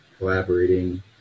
collaborating